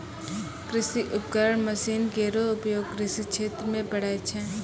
कृषि उपकरण मसीन केरो प्रयोग कृषि क्षेत्र म पड़ै छै